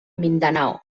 mindanao